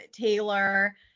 Taylor